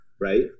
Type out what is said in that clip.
right